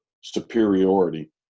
superiority